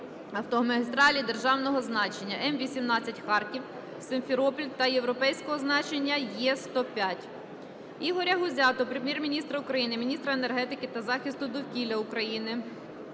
автомагістралі державного значення М-18 Харків–Сімферополь та європейського значення Є-105. Ігоря Гузя до Прем'єр-міністра України, міністра енергетики та захисту довкілля України